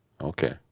Okay